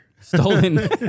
Stolen